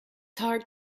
heart